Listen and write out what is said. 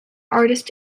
artist